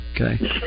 okay